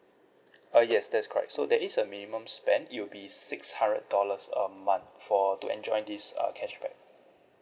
uh yes that's correct so there is a minimum spend it'll be six hundred dollars a month for to enjoy this uh cashback